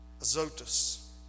Azotus